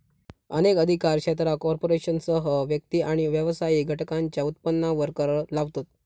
अनेक अधिकार क्षेत्रा कॉर्पोरेशनसह व्यक्ती आणि व्यावसायिक घटकांच्यो उत्पन्नावर कर लावतत